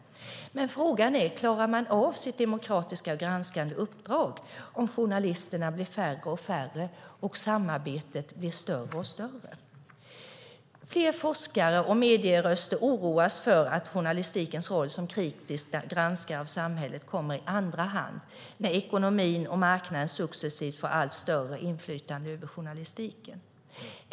Men frågan är: Klarar man av sitt demokratiska granskande uppdrag om journalisterna blir färre och färre och samarbetet blir större och större? Flera forskare och medieröster oroas för att journalistikens roll som kritisk granskare av samhället kommer i andra hand när ekonomin och marknaden successivt får allt större inflytande över journalistiken.